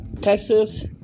Texas